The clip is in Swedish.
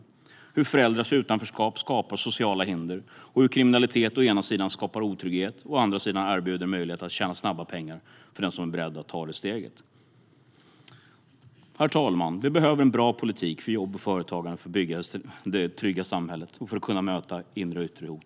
Det handlar om hur föräldrars utanförskap skapar sociala hinder och hur kriminalitet å ena sidan skapar otrygghet och å andra sidan erbjuder möjlighet att tjäna snabba pengar för den som är beredd att ta det steget. Herr talman! Vi behöver en bra politik för jobb och företagande för att bygga det trygga samhället och för att kunna möte inre och yttre hot.